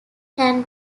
can